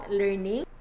learning